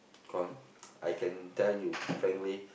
con~ I can tell you frankly